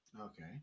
Okay